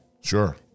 Sure